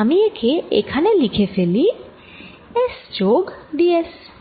আমি একে এইখানে লিখে ফেলি S যোগ d s